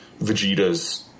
Vegeta's